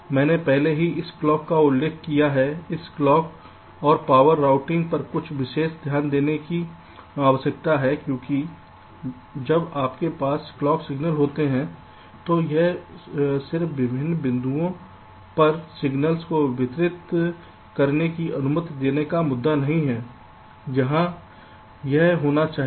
मैंने पहले ही इस क्लॉक का उल्लेख किया है इस क्लॉक और पावर रूटिंग पर कुछ विशेष ध्यान देने की आवश्यकता है क्योंकि जब आपके पास क्लॉक सिगनल्स होते हैं तो यह सिर्फ विभिन्न बिंदुओं पर सिगनल्स को वितरित करने की अनुमति देने का मुद्दा नहीं है जहां यह होना चाहिए